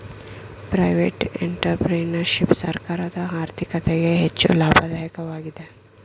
private entrepreneurship ಸರ್ಕಾರದ ಆರ್ಥಿಕತೆಗೆ ಹೆಚ್ಚು ಲಾಭದಾಯಕವಾಗಿದೆ